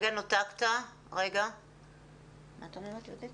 אנחנו קוראים מכאן למשרד החינוך למצוא פתרונות